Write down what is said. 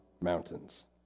mountains